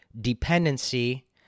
dependency